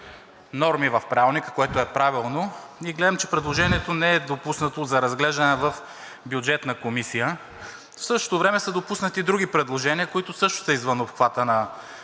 норми в Правилника, което е правилно и гледам, че предложението не е допуснато за разглеждане в Бюджетната комисия. В същото време са допуснати други предложения, които също са извън обхвата на